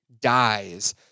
dies